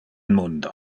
mundo